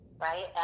right